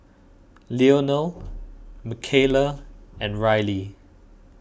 Leonel Micayla and Riley